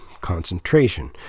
concentration